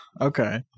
Okay